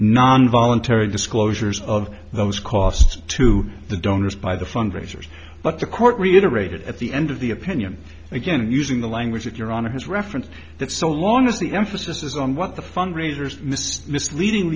non voluntary disclosures of those costs to the donors by the fundraisers but the court reiterated at the end of the opinion again using the language that you're on his reference that so long as the emphasis is on what the fundraisers misleading